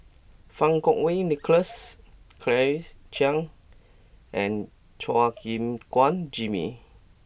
Fang Kuo Wei Nicholas Claire Chiang and Chua Gim Guan Jimmy